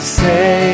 say